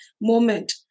moment